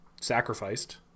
sacrificed